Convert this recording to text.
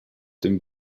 dem